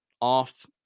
off